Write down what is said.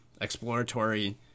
exploratory